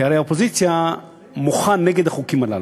כי הרי האופוזיציה מוחה נגד החוקים הללו.